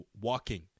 walking